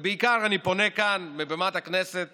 ובעיקר אני פונה כאן מבמת הכנסת